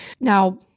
Now